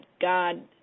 god